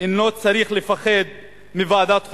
אינו צריך לפחד מוועדת חקירה.